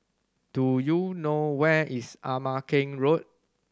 do you know where is Ama Keng Road